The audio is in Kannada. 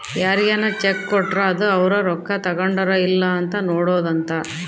ಯಾರ್ಗನ ಚೆಕ್ ಕೊಟ್ರ ಅದು ಅವ್ರ ರೊಕ್ಕ ತಗೊಂಡರ್ ಇಲ್ಲ ಅಂತ ನೋಡೋದ ಅಂತ